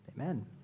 amen